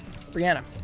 Brianna